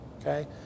okay